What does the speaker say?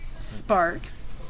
Sparks